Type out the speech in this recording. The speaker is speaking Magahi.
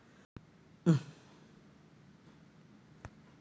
विभाजित बंगाल चना अक्टूबर से ननम्बर में उपजाल जा हइ